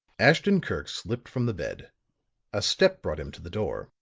ashton-kirk slipped from the bed a step brought him to the door,